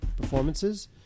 performances